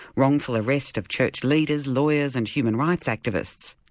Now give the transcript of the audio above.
wrongful arrest of church leaders, lawyers and human rights activists.